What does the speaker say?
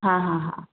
हां हां हां